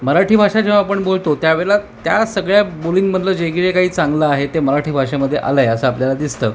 मराठी भाषा जेव्हा आपण बोलतो त्यावेळेला त्या सगळ्या बोलींमधलं जे जे काही चांगलं आहे ते मराठी भाषेमध्ये आलं आहे असं आपल्याला दिसतं